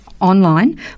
online